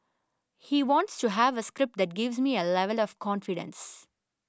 he wants to have a script that gives me a level of confidence